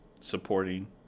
supporting